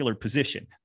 position